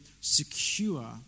secure